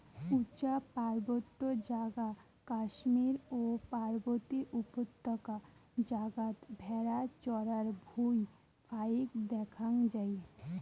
উচা পার্বত্য জাগা কাশ্মীর ও পার্বতী উপত্যকা জাগাত ভ্যাড়া চরার ভুঁই ফাইক দ্যাখ্যাং যাই